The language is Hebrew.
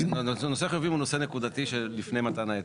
נושא החיובים הוא נושא נקודתי של לפני מתן ההיתר.